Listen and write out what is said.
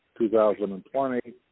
2020